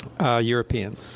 European